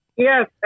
Yes